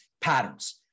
patterns